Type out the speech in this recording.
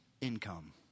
income